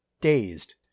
dazed